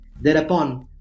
Thereupon